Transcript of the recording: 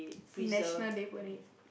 National Day Parade